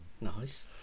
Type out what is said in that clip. nice